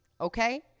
okay